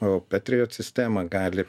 o patriot sistema gali